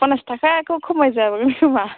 पन्सास थाखाखौ खमायजाबावगोन खोमा